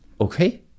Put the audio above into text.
Okay